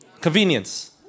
convenience